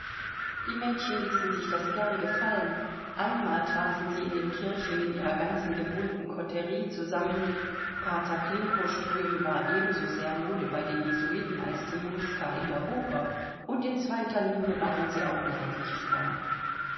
die mädchen ließen sich das gern gefallen einmal trafen sie in den kirchen mit ihrer ganzen gewohnten koterie zusammen pater klinkowström war ebensosehr mode bei den jesuiten als die murska in der oper und in zweiter linie waren sie ja auch leidlich fromm